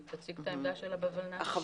היא תציג את העמדה שלה ב-ולנת"ע.